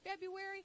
February